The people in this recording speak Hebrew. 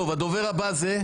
מי הדובר הבא?